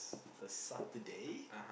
a Saturday